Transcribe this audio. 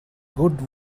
good